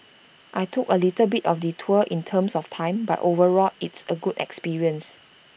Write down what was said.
I took A little bit of detour in terms of time but overall it's A good experience